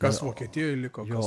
kas vokietijoj liko kas